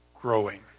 growing